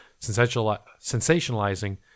sensationalizing